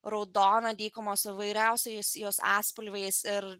raudoną dykumos įvairiausiais jos atspalviais ir